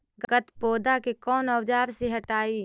गत्पोदा के कौन औजार से हटायी?